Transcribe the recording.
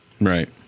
Right